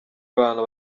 bantu